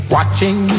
Watching